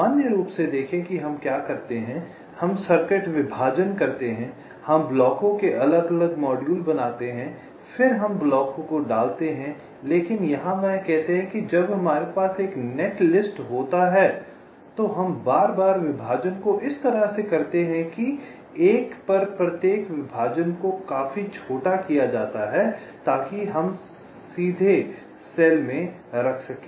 सामान्य रूप से देखें कि हम क्या करते हैं हम सर्किट विभाजन करते हैं हम ब्लॉकों के अलग अलग मॉड्यूल बनाते हैं फिर हम ब्लॉकों को डालते हैं लेकिन यहां वह कहते हैं कि जब हमारे पास एक नेटलिस्ट होता है तो हम बार बार विभाजन को इस तरह से करते हैं कि एक पर प्रत्येक विभाजन को काफी छोटा किया जाता है ताकि हम इसे सीधे सेल में रख सकें